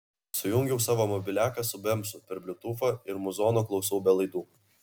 sujungiau savo mobiliaką su bemsu per bliutūfą ir muzono klausau be laidų